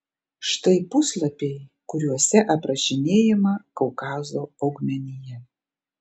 štai puslapiai kuriuose aprašinėjama kaukazo augmenija